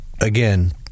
again